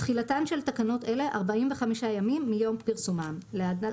תחילתן של תקנות אלה 45 ימים מיום פרסומן (להלן,